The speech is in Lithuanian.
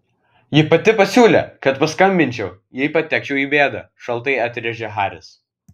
ji pati pasiūlė kad paskambinčiau jei patekčiau į bėdą šaltai atrėžė haris